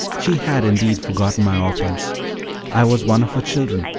she had indeed forgotten my offense i was one of her children,